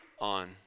on